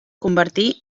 convertí